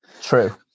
True